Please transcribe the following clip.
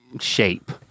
shape